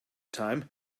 time